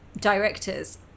directors